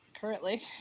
Currently